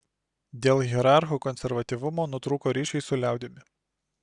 dėl hierarchų konservatyvumo nutrūko ryšiai su liaudimi